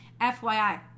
fyi